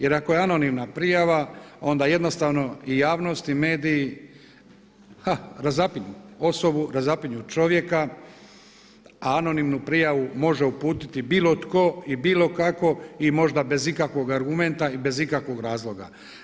Jer ako je anonimna prijava onda jednostavno i javnost i mediji ha razapinju osobu, razapinju čovjeka, a anonimnu prijavu može uputiti bilo tko i bilo kako i možda bez ikakvog argumenta i bez ikakvog razloga.